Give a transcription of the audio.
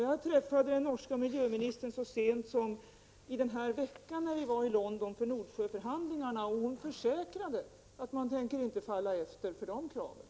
Jag träffade den norska miljöministern så sent som i den här veckan, när vi var i London för Nordsjöförhandlingarna. Hon försäkrade att man inte tänker ge efter när det gäller det kravet.